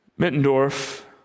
Mittendorf